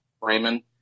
Raymond